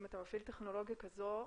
אם אתה מפעיל טכנולוגיה כזו,